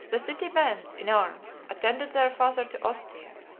the city bands, in arms, attended their father to ostia,